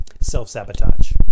self-sabotage